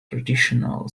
traditional